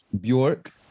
Bjork